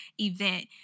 event